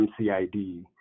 MCID